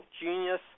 genius